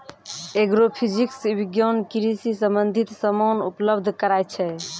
agrophysics विज्ञान कृषि संबंधित समान उपलब्ध कराय छै